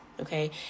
okay